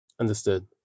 understood